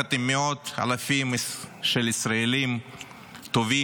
יחד עם מאות אלפי ישראלים טובים,